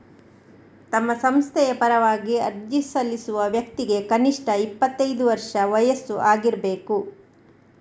ತಮ್ಮ ಸಂಸ್ಥೆಯ ಪರವಾಗಿ ಅರ್ಜಿ ಸಲ್ಲಿಸುವ ವ್ಯಕ್ತಿಗೆ ಕನಿಷ್ಠ ಇಪ್ಪತ್ತೈದು ವರ್ಷ ವಯಸ್ಸು ಆಗಿರ್ಬೇಕು